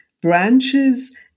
branches